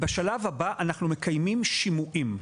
ובשלב הבא, אנחנו מקיימים שימועים.